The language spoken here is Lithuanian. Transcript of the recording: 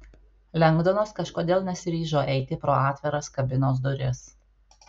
lengdonas kažkodėl nesiryžo eiti pro atviras kabinos duris